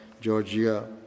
Georgia